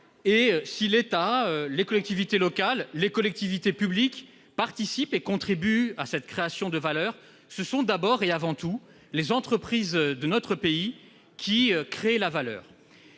Si l'État, les collectivités locales, les établissements publics participent et contribuent à cette création de valeur, ce sont d'abord et avant tout les entreprises de notre pays qui créent la valeur.